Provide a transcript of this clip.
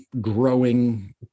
growing